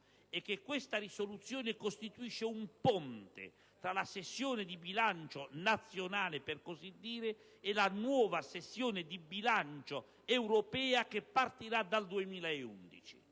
che questa risoluzione costituisce un ponte tra la sessione di bilancio, nazionale per così dire, e la nuova sessione di bilancio europea che partirà dal 2011.